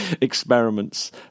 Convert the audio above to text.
experiments